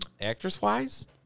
actress-wise